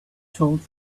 told